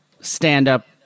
stand-up